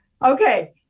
Okay